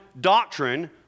doctrine